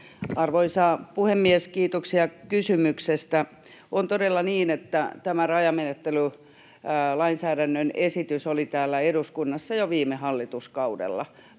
Arvoisa puhemies! Kiitoksia kysymyksestä. On todella niin, että tämä rajamenettelylainsäädännön esitys oli täällä eduskunnassa jo viime hallituskaudella.